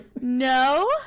No